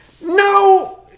No